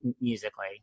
musically